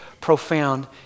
profound